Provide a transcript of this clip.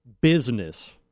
business